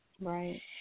Right